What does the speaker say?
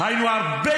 ואתם מתעסקים בזוטות.